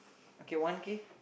okay one K